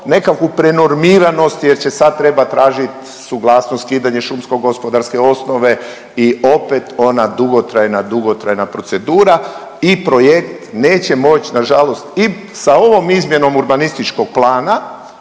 nekakvu prenormiranost jer će sad trebat tražit suglasnost skidanje šumsko gospodarske osnove i opet ona dugotrajna, dugotrajna procedura i projekt neće moć nažalost i sa ovom izmjenom urbanističkog plana